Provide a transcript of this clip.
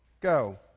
Go